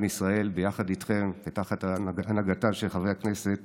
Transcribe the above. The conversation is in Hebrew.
ישראל ביחד איתכם תחת הנהגתם של חברי הכנסת